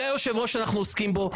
זה היושב-ראש שאנחנו עוסקים בו,